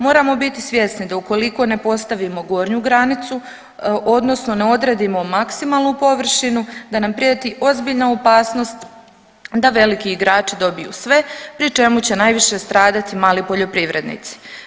Moramo biti svjesni da ukoliko ne postavimo gornju granicu odnosno ne odredimo maksimalnu površinu da nam prijeti ozbiljna opasnost da veliki igrači dobiju sve pri čemu će najviše stradati mali poljoprivrednici.